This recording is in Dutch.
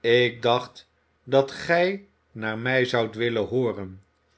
ik dacht dat gij naar mij zoudt willen hooren